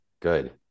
Good